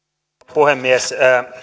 puhemies